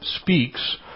speaks